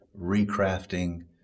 recrafting